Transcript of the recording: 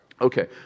Okay